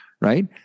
right